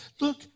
Look